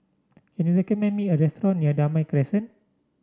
can you recommend me a restaurant near Damai Crescent